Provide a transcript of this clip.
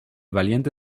valiente